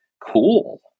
cool